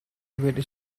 with